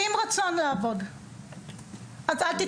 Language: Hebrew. אפילו לא זכיתי לפגוש פנים אל פנים,